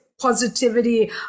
positivity